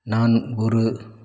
நான் ஒரு